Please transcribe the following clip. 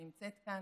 שנמצאת כאן,